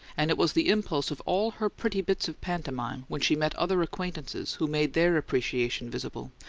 and it was the impulse of all her pretty bits of pantomime when she met other acquaintances who made their appreciation visible,